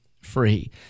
free